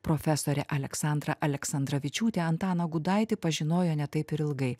profesorė aleksandra aleksandravičiūtė antaną gudaitį pažinojo ne taip ir ilgai